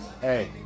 Hey